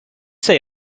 say